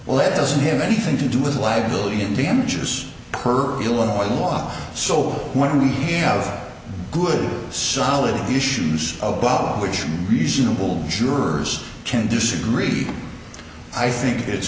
well it doesn't have anything to do with liability and damages per illinois law so when we have good solid issues about which reasonable jurors can disagree i think it's